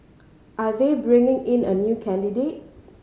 are they bringing in a new candidate